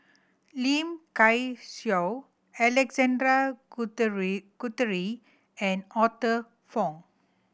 Lim Kay Siu Alexander Guthrie Guthrie and Arthur Fong